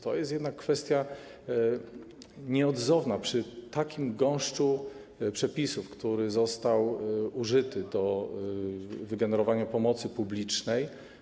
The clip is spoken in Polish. To jest jednak nieodzowne przy takim gąszczu przepisów, które zostały użyte do wygenerowania pomocy publicznej.